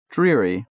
Dreary